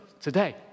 today